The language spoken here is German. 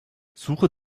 suche